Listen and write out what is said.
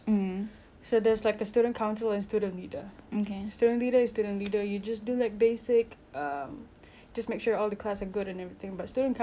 student leader is student leader you just do like basic um just make sure all the class are good and everything but student council which I was in we do a lot with discipline master